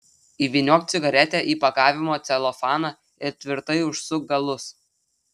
įvyniok cigaretę į pakavimo celofaną ir tvirtai užsuk galus